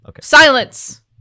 Silence